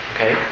Okay